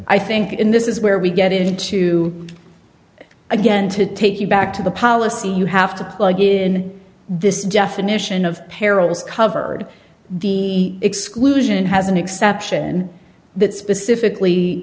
i think in this is where we get into again to take you back to the policy you have to plug in this definition of perils covered the exclusion has an exception that specifically